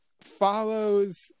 follows